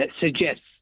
suggests